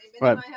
right